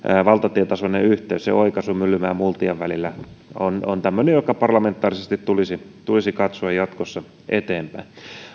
valtatietasoinen yhteys on sen oikaisu myllymäen ja multian välillä ja se on tämmöinen joka parlamentaarisesti tulisi tulisi katsoa jatkossa eteenpäin